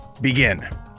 Begin